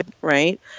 Right